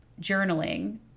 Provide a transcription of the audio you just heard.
Journaling